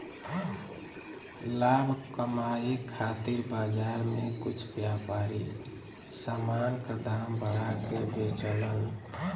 लाभ कमाये खातिर बाजार में कुछ व्यापारी समान क दाम बढ़ा के बेचलन